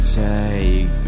take